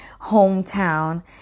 hometown